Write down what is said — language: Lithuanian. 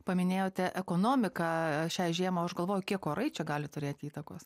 paminėjote ekonomiką šią žiemą o aš galvojau kiek orai čia gali turėti įtakos